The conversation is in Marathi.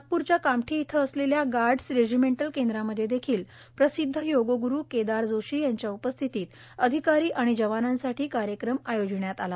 नागपूरच्या कामठी इथं असलेल्या गार्डस रेजिमेंटल केंद्रामध्ये देखील प्रसिद्ध योगगुरू केदार जोशी यांच्या उपस्थितीत अधिकारी आणि जवानांसाठी कार्यक्रम आयोजिण्यात आला